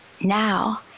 now